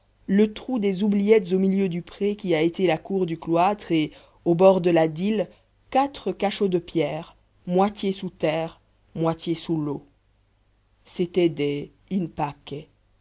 le trou des oubliettes au milieu du pré qui a été la cour du cloître et au bord de la dyle quatre cachots de pierre moitié sous terre moitié sous l'eau c'étaient des in pace